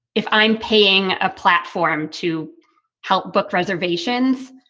if i'm paying a platform to help book reservations.